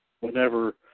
whenever